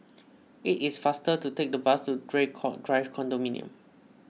it is faster to take the bus to Draycott Drive Condominium